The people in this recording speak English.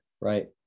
right